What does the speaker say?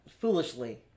foolishly